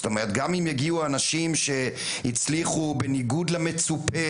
זאת אומרת גם אם יגיעו אנשים שיצליחו בניגוד למצופה,